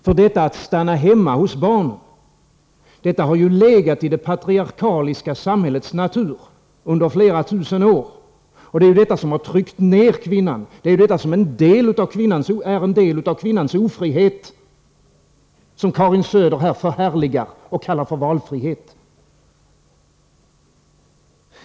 Att kvinnorna skall stanna hemma hos barnen har ju legat i det patriarkaliska samhällets natur under flera tusen år. Det är detta som har tryckt ner kvinnan. Det är en del av kvinnans ofrihet som Karin Söder förhärligar och kallar för valfrihet.